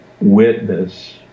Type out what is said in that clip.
witness